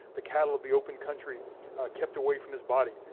the cattle of the open country kept away from his body,